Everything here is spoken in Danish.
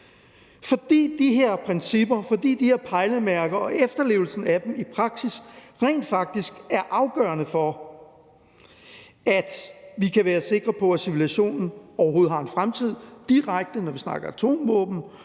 fordi de her pejlemærker og efterlevelsen af dem i praksis rent faktisk er afgørende for, at vi kan være sikre på, at civilisationen overhovedet har en fremtid, direkte, når vi snakker atomvåben,